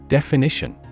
Definition